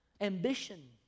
ambition